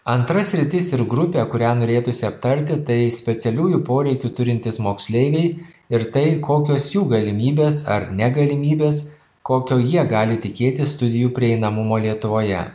antra sritis ir grupė kurią norėtųsi aptarti tai specialiųjų poreikių turintys moksleiviai ir tai kokios jų galimybės ar negalimybės kokio jie gali tikėtis studijų prieinamumo lietuvoje